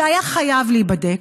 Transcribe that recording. שהיה חייב להיבדק,